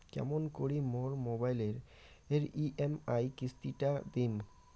কেমন করি মোর মোবাইলের ই.এম.আই কিস্তি টা দিম?